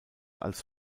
als